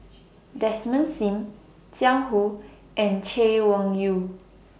Desmond SIM Jiang Hu and Chay Weng Yew